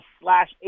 slash